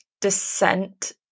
descent